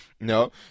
No